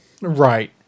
Right